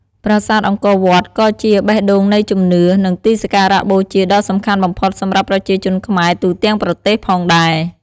ប្រាសាទអង្គរវត្តក៏ជា បេះដូងនៃជំនឿ និងទីសក្ការៈបូជាដ៏សំខាន់បំផុតសម្រាប់ប្រជាជនខ្មែរទូទាំងប្រទេសផងដែរ។